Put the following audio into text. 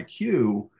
IQ